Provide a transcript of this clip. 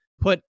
put